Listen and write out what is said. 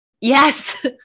Yes